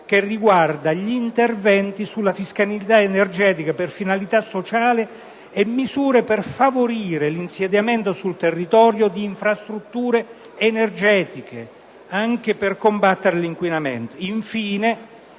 poiché riguarda gli interventi sulla fiscalità energetica per finalità sociale e misure per favorire l'insediamento sul territorio di infrastrutture energetiche anche per combattere l'inquinamento.